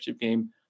game